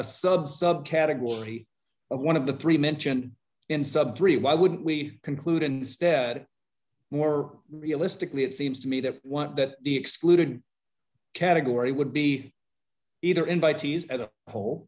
a sub sub category of one of the three mentioned in sub three why wouldn't we conclude instead more realistically it seems to me that one that the excluded category would be either invitees as a whole